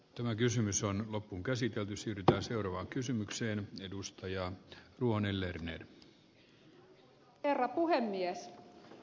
tämä kysymys on loppuunkäsitelty sytytä seurava kysymykseen edus ta arvoisa herra puhemies